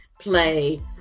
play